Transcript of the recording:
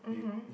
mmhmm